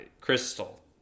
crystal